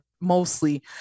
mostly